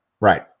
Right